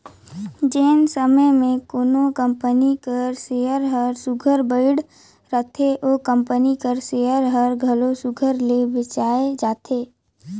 जेन समे में कोनो कंपनी कर सेयर हर सुग्घर बइढ़ रहथे ओ कंपनी कर सेयर हर घलो सुघर ले बेंचाए जाथे